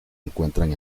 encuentran